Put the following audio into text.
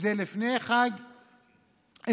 וזה לפני חג אל-פיטר.